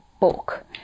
book